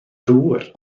ddŵr